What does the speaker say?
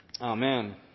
Amen